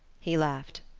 he laughed.